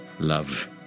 Love